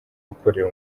ukorera